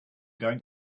going